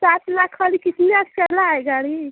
सात लाख वाली कितना चला है गाड़ी